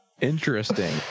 interesting